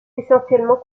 essentiellement